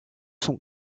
sont